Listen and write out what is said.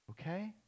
okay